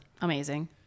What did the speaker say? Amazing